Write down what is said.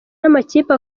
n’amakipe